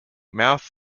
mouth